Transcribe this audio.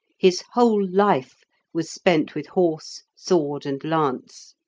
his whole life was spent with horse, sword, and lance.